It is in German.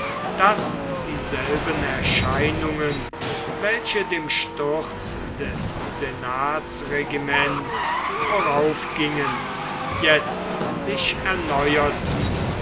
daß dieselben erscheinungen welche dem sturz des senatsregiments voraufgingen jetzt sich erneuerten